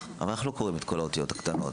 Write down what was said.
אבל אנחנו לא קוראים את כל האותיות הקטנות.